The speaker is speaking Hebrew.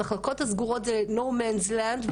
המחלקות הסגורות הן No man’s land,